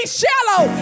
shallow